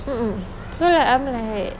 mm mm so like I'm like